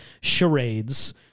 charades